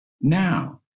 Now